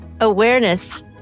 Awareness